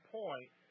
point